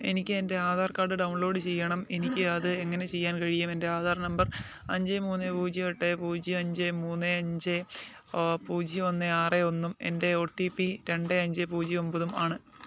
എനിക്ക് എന്റെ Aadhaar card download ചെയ്യണം എനിക്ക് അത് എങ്ങനെ ചെയ്യാൻ കഴിയും എന്റെ ആധാർ നമ്പർ അഞ്ച് മൂന്ന് പൂജ്യം എട്ട് പൂജ്യം അഞ്ച് മൂന്ന് അഞ്ച് പൂജ്യം ഒന്ന് ആറ് ഒന്നും എന്റെ ഒ ടി പി രണ്ട് അഞ്ച് പൂജ്യം ഒമ്പതും ആണ്